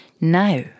now